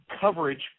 coverage